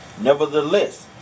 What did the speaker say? Nevertheless